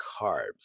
carbs